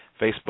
Facebook